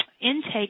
intake